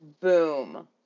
boom